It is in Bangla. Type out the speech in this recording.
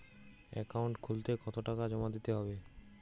অ্যাকাউন্ট খুলতে কতো টাকা জমা দিতে হবে?